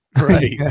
Right